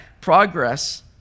progress